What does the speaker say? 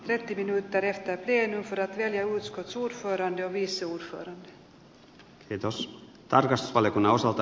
rettigin verestettyjen veneluiska suursaaren ja varapuheenjohtajan